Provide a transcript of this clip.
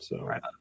Right